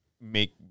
make